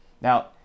Now